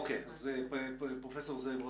אוקיי, אז פרופ' זאב רוטשטיין,